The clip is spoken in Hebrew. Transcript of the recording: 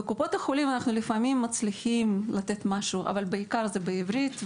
בקופות החולים לפעמים אנחנו מצליחים לתת משהו אבל זה בעיקר בעברית,